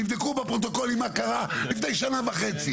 תבדקו בפרוטוקולים מה קרה לפני שנה וחצי,